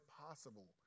possible